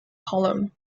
column